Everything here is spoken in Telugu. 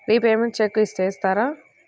రిపేమెంట్స్ చెక్ చేస్తారా?